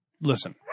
Listen